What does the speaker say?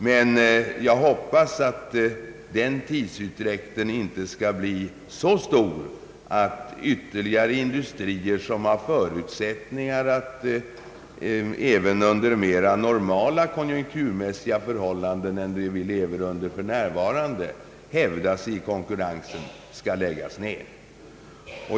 Men jag hoppas att den tidsutdräkten inte skall bli så stor att ytterligare industrier, som har förutsättningar att hävda sig i konkurrensen under mera normala konjunkturförhållanden än vi nu lever under, skall läggas ned.